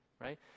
right